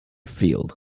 field